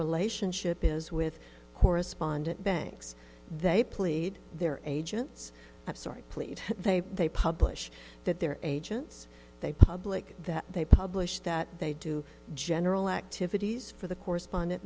relationship is with correspondent banks they plead their agents that sort please they they publish that their agents like that they published that they do general activities for the correspondent